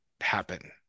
happen